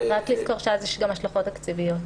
צריך לזכור שאז יש גם השלכות תקציביות.